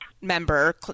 member